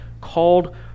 called